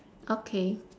okay